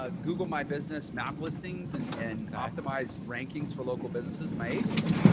ah google, my business map listings and and optimize rankings for local businesses in my agency,